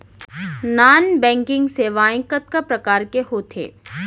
non banking सेवाएं कतका प्रकार के होथे